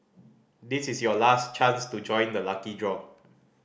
this is your last chance to join the lucky draw